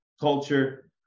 culture